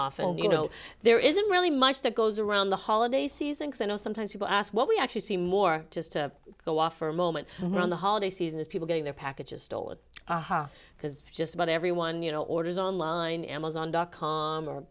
often you know there isn't really much that goes around the holiday season so i know sometimes people ask what we actually see more just to go off for a moment around the holiday season as people getting their packages stolen aha because just about everyone you know orders online amazon dot com or